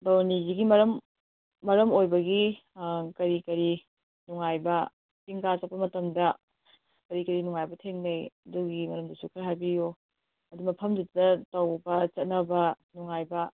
ꯕꯥꯔꯨꯅꯤꯒꯤꯗꯤ ꯃꯔꯝ ꯃꯔꯝ ꯑꯣꯏꯕꯒꯤ ꯀꯔꯤ ꯀꯔꯤ ꯅꯨꯡꯉꯥꯏꯕ ꯆꯤꯡ ꯀꯥ ꯆꯠꯄ ꯃꯇꯝꯗ ꯀꯔꯤ ꯀꯔꯤ ꯅꯨꯡꯉꯥꯏꯕ ꯊꯦꯡꯅꯩ ꯑꯗꯨꯒꯤ ꯃꯔꯝꯗꯁꯨ ꯈꯔ ꯍꯥꯏꯕꯤꯎ ꯃꯐꯝꯗꯨꯗ ꯇꯧꯕ ꯆꯠꯅꯕ ꯅꯨꯡꯉꯥꯏꯕ